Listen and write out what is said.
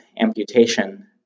amputation